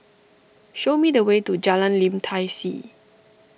show me the way to Jalan Lim Tai See